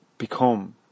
become